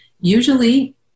Usually